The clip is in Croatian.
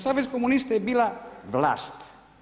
Savez komunista je bila vlast.